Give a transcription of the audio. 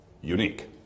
unique